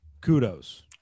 Kudos